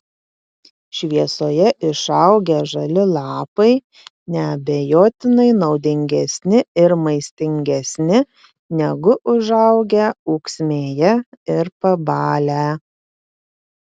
šviesoje išaugę žali lapai neabejotinai naudingesni ir maistingesni negu užaugę ūksmėje ir pabalę